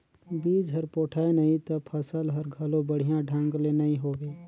बिज हर पोठाय नही त फसल हर घलो बड़िया ढंग ले नइ होवे